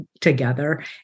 together